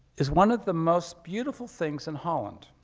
is one of the most beautiful things in holland.